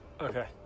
Okay